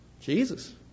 Jesus